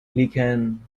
لیکن